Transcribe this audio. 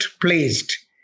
placed